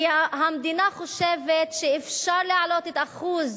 המדינה חושבת שאפשר להעלות את אחוז